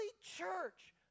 church